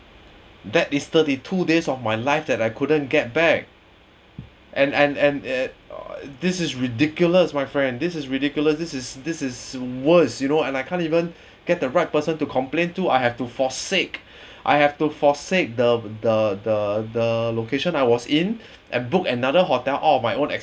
that is thirty two days of my life that I couldn't get back and and and uh this is ridiculous my friend this is ridiculous this is this is worse you know I can't even get the right person to complaint to I have to forsake I have to forsake the the the location I was in and booked another hotel all on my own